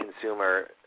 consumer